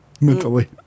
mentally